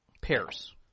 Pairs